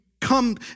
come